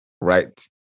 right